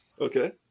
Okay